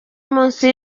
munsi